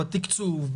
בתקצוב,